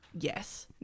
Yes